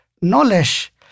knowledge